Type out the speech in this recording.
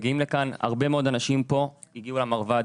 הרבה מאוד אנשים כאן הגיעו למרב"ד